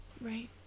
right